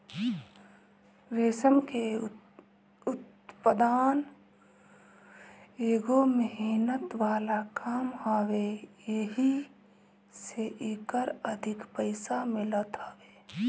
रेशम के उत्पदान एगो मेहनत वाला काम हवे एही से एकर अधिक पईसा मिलत हवे